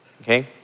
Okay